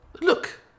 look